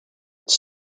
its